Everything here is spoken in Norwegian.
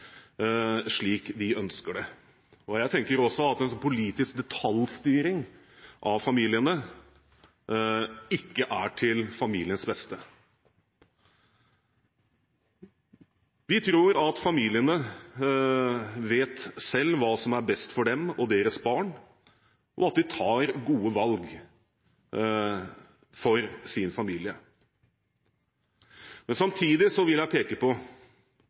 slik de ønsker det. Jeg tenker også at en politisk detaljstyring av familiene ikke er til familiens beste. Vi tror at familiene selv vet hva som er best for dem og deres barn, og at de tar gode valg for sin familie. Samtidig vil jeg peke på